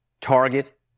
target